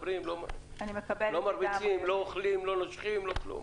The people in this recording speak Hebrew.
אנחנו לא מרביצים, לא אוכלים, לא נושכים, לא כלום.